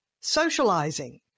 socializing